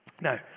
Now